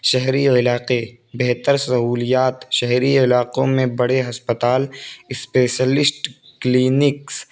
شہری علاقے بہتر سہولیات شہری علاقوں میں بڑے ہسپتال اسپیسلسٹ کلینکس